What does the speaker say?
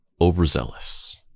overzealous